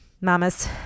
Mamas